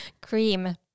Cream